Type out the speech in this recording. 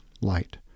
light